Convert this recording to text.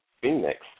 Phoenix